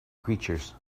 creatures